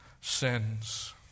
sins